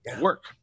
work